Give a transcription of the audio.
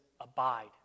abide